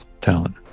talent